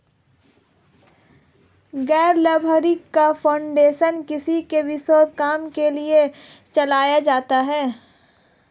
गैर लाभकारी फाउंडेशन किसी एक विशेष काम के लिए चलाए जाते हैं